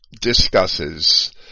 discusses